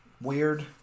weird